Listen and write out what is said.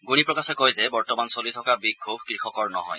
গুণি প্ৰকাশে কয় যে বৰ্তমান চলি থকা বিক্ষোভ কৃষকৰ নহয়